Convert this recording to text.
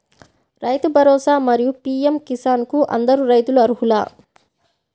రైతు భరోసా, మరియు పీ.ఎం కిసాన్ కు అందరు రైతులు అర్హులా?